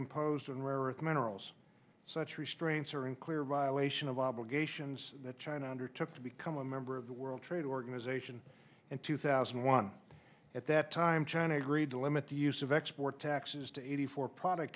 earth minerals such restraints are in clear violation of obligations that china undertook to become a member of the world trade organization in two thousand and one at that time china agreed to limit the use of export taxes to eighty four product